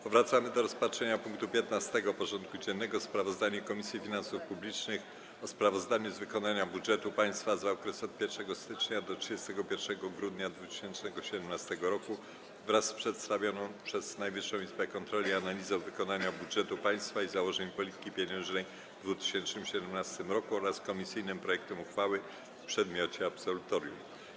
Powracamy do rozpatrzenia punktu 15. porządku dziennego: Sprawozdanie Komisji Finansów Publicznych o sprawozdaniu z wykonania budżetu państwa za okres od 1 stycznia do 31 grudnia 2017 r. wraz z przedstawioną przez Najwyższą Izbę Kontroli analizą wykonania budżetu państwa i założeń polityki pieniężnej w 2017 r. oraz komisyjnym projektem uchwały w przedmiocie absolutorium.